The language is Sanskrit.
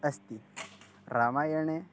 अस्ति रामायणे